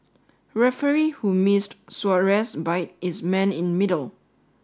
referee who missed Suarez bite is man in middle